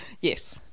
Yes